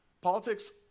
Politics